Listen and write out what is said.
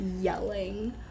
yelling